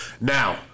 Now